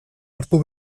hartu